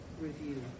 review